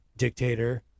dictator